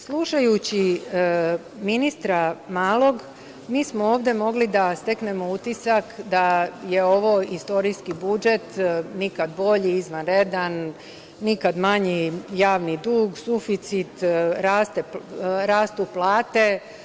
Slušajući ministra Malog, mi smo ovde mogli da steknemo utisak da je ovo istorijski budžet, nikad bolji, izvanredan, nikad manji javni dug, suficit, rastu plate.